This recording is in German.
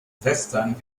western